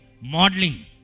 modeling